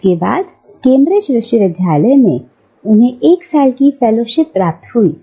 इसके बाद कैंब्रिज विश्वविद्यालय में 1 साल की फेलोशिप प्राप्त हुई